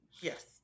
yes